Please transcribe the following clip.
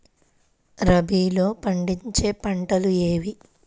రబీలో పండించే పంటలు ఏవి?